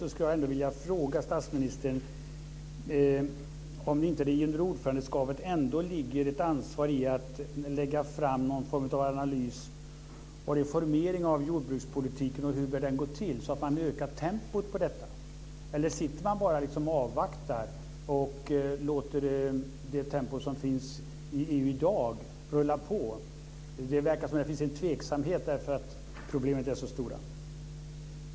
Jag skulle ändå vilja fråga statsministern om det inte under ordförandeskapet ligger ett ansvar för att lägga fram någon form av analys och reformering av jordbrukspolitiken och av hur det bör gå till, så att man ökar tempot. Eller avvaktar man bara och låter det tempo som finns i EU i dag rulla på? Det verkar som om det finns en tveksamhet eftersom problemen är så stora.